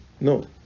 No